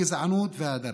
הגזענות וההדרה,